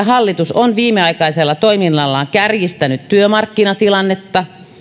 hallitus on viimeaikaisella toiminnallaan kärjistänyt työmarkkinatilannetta